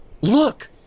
Look